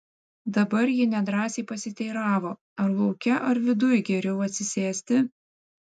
dabar ji nedrąsiai pasiteiravo ar lauke ar viduj geriau atsisėsti